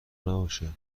نباشه